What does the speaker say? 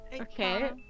Okay